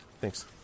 Thanks